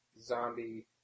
zombie